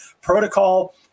protocol